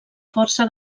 força